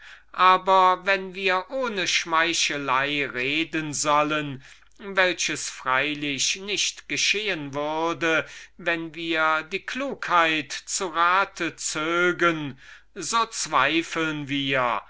aber wenn wir ohne schmeichelei reden sollen welches wir freilich nicht tun sollten wenn wir die klugheit zu rate zögen so zweifeln wir